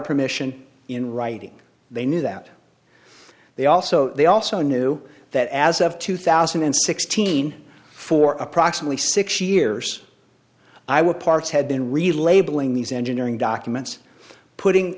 permission in writing they knew that they also they also knew that as of two thousand and sixteen for approximately six years i would parts had been relabeling these engineering documents putting